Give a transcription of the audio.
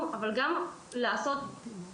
אם ילד בן 14 רוצה לעבוד - הוא ירוויח 20 שקלים